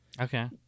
Okay